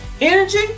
Energy